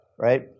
right